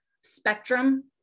spectrum